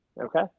Okay